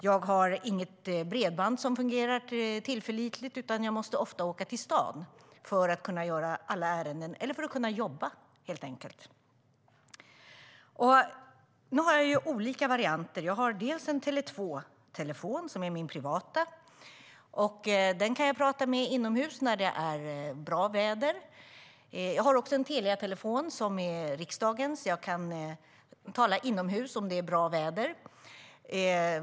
Jag har inget bredband som fungerar tillförlitligt, utan jag måste ofta åka till staden för att kunna göra alla ärenden eller för att helt enkelt kunna jobba. Jag har olika varianter. Jag har en Tele 2-telefon, som är min privata. Den kan jag prata i inomhus när det är det bra väder. Jag har en Teliatelefon som är riksdagens. Jag kan tala inomhus om det är bra väder.